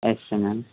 yes ma'am